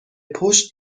پشت